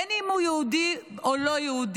בין אם הוא יהודי או לא יהודי,